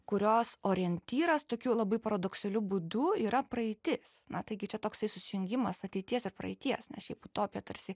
kurios orientyras tokiu labai paradoksaliu būdu yra praeitis na taigi čia toksai susijungimas ateities ir praeities nes šiaip utopija tarsi